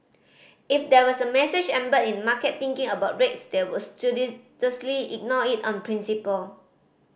if there was a message embedded in market thinking about rates they would ignore it on principle